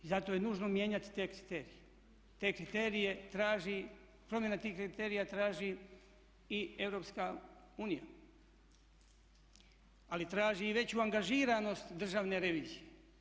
I zato je nužno mijenjati te kriterije, te kriterije traži, promjena tih kriterija traži i Europska unija ali traži i veću angažiranost Državne revizije.